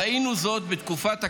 ראינו זאת בתקופת הקורונה.